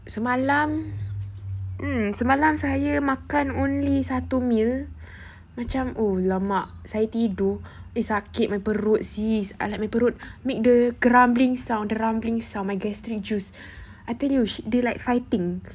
semalam mm semalam saya makan only satu meal macam !alamak! I tidur sakit my perut sis perut make the grumbling sound grumbling sound my gastric juice I think so they like fighting